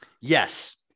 Yes